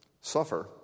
suffer